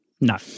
No